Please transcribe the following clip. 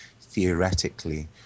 theoretically